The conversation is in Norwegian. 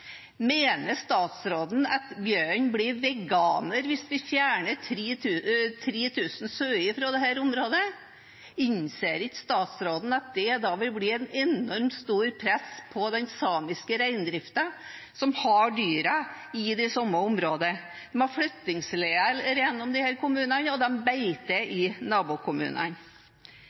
Mener statsråden at bjørnen blir veganer hvis man fjerner 3 000 sauer fra dette området? Innser ikke statsråden at det da vil bli et enormt stort press på den samiske reindriften, som har dyra i de samme områdene? De har flyttingsleider gjennom disse kommunene, og dyra beiter i nabokommunene.